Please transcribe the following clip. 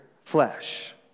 flesh